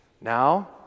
now